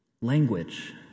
Language